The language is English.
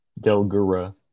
Delgura